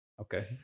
okay